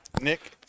nick